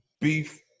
beef